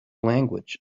language